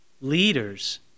leaders